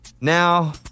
now